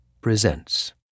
presents